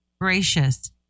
gracious